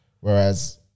Whereas